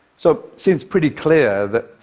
so it seems pretty clear that